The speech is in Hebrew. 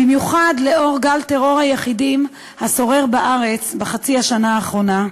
במיוחד לאור גל טרור היחידים השורר בארץ בחצי השנה האחרונה,